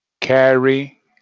carry